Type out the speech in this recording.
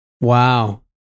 Wow